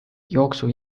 jooksu